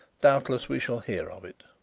doubtless we shall hear of it.